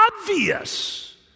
obvious